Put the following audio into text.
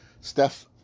Steph